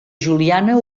juliana